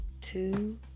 two